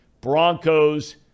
Broncos